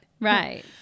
Right